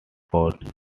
court